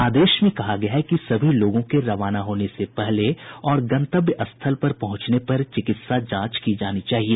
आदेश में कहा गया है कि सभी लोगों के रवाना होने से पहले और गंतव्य स्थल पहुंचने पर चिकित्सा जांच की जानी चाहिए